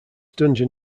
dungeon